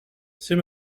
c’est